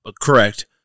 Correct